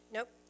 Nope